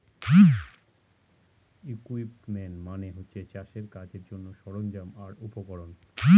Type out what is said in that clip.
equipment মানে হচ্ছে চাষের কাজের জন্যে সরঞ্জাম আর উপকরণ